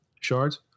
Shards